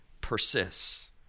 persists